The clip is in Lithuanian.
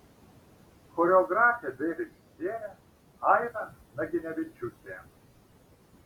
choreografė bei režisierė aira naginevičiūtė